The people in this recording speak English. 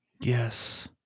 Yes